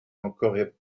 encore